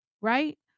right